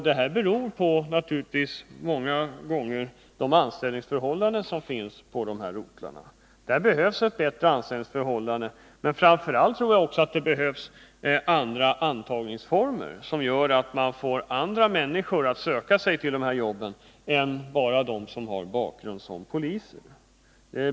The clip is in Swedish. Det beror ofta på de rådande anställningsällningsförhållanden behövs, men jag tror att det förhållandena. Bättre an framför allt behövs anställningsformer, så att man kan få andra människor att söka sig till dessa jobb än bara sådana personer som har bakgrund som poliser.